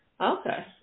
Okay